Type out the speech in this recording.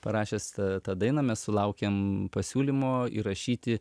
parašęs tą tą dainą mes sulaukėm pasiūlymo įrašyti